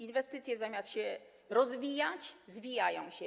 Inwestycje, zamiast się rozwijać, zwijają się.